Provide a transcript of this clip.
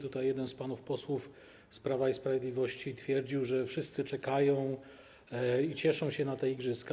Tutaj jeden z panów posłów z Prawa i Sprawiedliwości twierdził, że wszyscy czekają i cieszą się na te igrzyska.